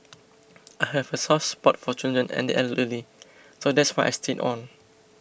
I have a soft spot for children and the elderly so that's why I stayed on